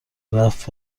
رفت